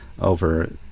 over